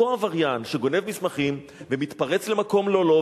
אותו עבריין שגונב מסמכים ומתפרץ למקום לא לו,